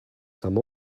some